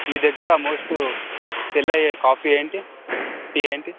మీ దగ్గర most sell అయ్యే coffee ఏంటి టీ ఏంటి